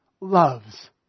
loves